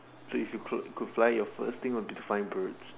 so you if you could could fly your first thing you wanted to find birds